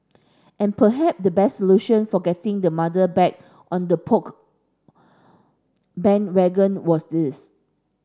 and perhaps the best solution for getting the mother back on the Poke bandwagon was this